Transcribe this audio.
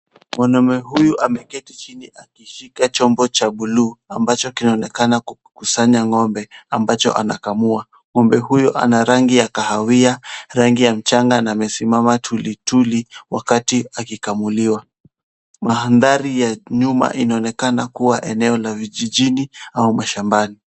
Mwanaume huyu ameketi chini akishika chombo cha buluu ambacho kinaonekana kukusanya ng'ombe ambaye anakamua. Ng'ombe huyu ana rangi ya kahawia, rangi ya mchanga na amesimama tuli tuli wakati akikamuliwa. Mandhari ya nyuma inaonekana kuwa eneo la vijijini au mashambani.